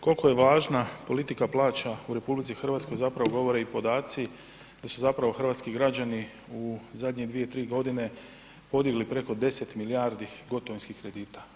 Koliko je važna politika plaća u RH, zapravo govore i podaci koji su zapravo hrvatski građani u zadnje 2, 3 godine, podigli preko 10 milijardi gotovinskih kredita.